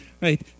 Right